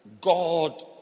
God